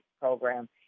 program